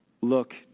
look